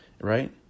Right